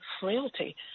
frailty